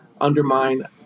undermine